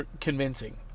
convincing